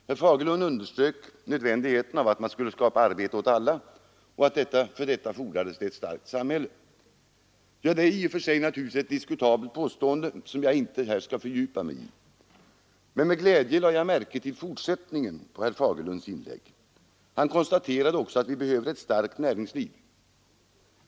Herr Fagerlund underströk nödvändigheten av att skapa arbete åt alla och att det för detta fordrades ett starkt samhälle. Ja, det är givetvis i och för sig ett diskutabelt påstående som jag inte här skall fördjupa mig i. Men med glädje lade jag märke till fortsättningen på herr Fagerlunds inlägg. Han konstaterade också att vi behöver ett starkt näringsliv.